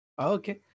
Okay